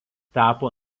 tapo